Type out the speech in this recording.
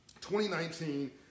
2019